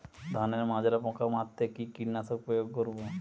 ধানের মাজরা পোকা মারতে কি কীটনাশক প্রয়োগ করব?